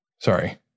Sorry